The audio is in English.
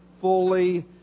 fully